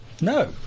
No